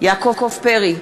יעקב פרי,